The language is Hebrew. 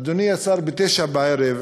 אדוני השר, ב-21:00